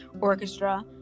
Orchestra